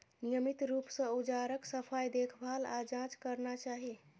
नियमित रूप सं औजारक सफाई, देखभाल आ जांच करना चाही